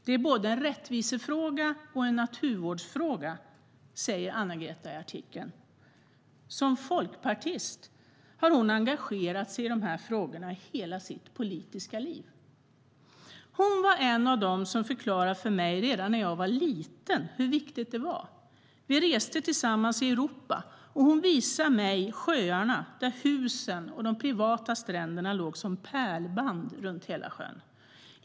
Det är både en rättvisefråga och en naturvårdsfråga, sa Anna-Greta i artikeln. Som folkpartist har hon engagerat sig i dessa frågor i hela sitt politiska liv. Hon var en av dem som förklarade för mig redan när jag var liten hur viktigt det var. Vi reste tillsammans i Europa, och hon visade mig sjöarna där husen med de privata stränderna låg som pärlband runt hela sjön.